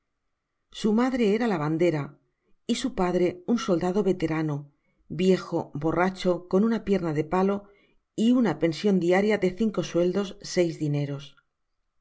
su madre era lavandera y su padre un soldado veterano viejo borracho con una pierna de palo y una pension diaria de cinco sueldos seis dineros